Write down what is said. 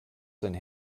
sein